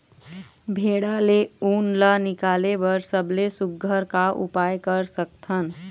भेड़ा ले उन ला निकाले बर सबले सुघ्घर का उपाय कर सकथन?